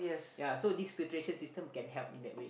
yea so this filtration system can help in that way